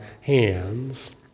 hands